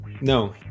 No